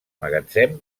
magatzem